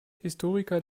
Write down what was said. historiker